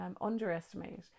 underestimate